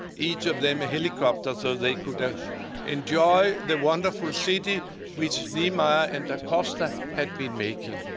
each of them, a helicopter so they could ah enjoy the wonderful city which niemeyer and costa had been making.